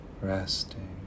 resting